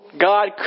God